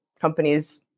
companies